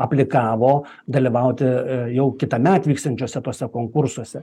aplikavo dalyvauti jau kitąmet vyksiančiuose tuose konkursuose